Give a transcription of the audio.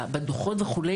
בדוחות וכו',